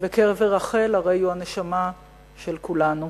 וקבר רחל הרי הוא הנשמה של כולנו.